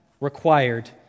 required